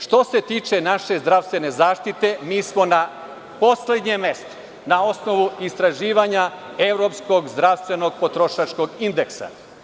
Što se tiče naše zdravstvene zaštite, mi smo na poslednjem mestu, na osnovu istraživanja Evropskog zdravstvenog potrošačkog indeksa.